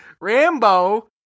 Rambo